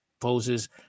poses